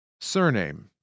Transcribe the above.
Surname